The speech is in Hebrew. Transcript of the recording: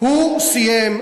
הוא סיים,